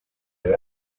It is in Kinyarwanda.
love